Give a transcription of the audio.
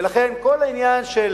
ולכן, כל העניין של